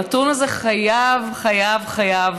הנתון הזה חייב, חייב, חייב